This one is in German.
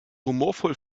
humorvoll